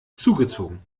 zugezogen